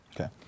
Okay